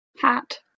Hat